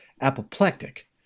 apoplectic